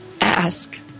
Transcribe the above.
ask